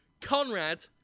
Conrad